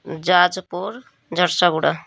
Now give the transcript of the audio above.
Jajpur Jharsuguda